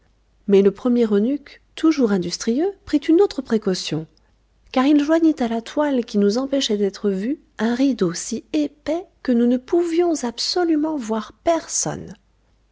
mais le premier eunuque toujours industrieux prit une autre précaution car il joignit à la toile qui nous empêchoit d'être vues un rideau si épais que nous ne pouvions absolument voir personne